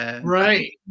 Right